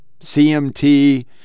CMT